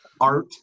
art